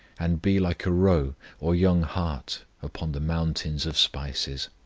and be like a roe or young hart upon the mountains of spices.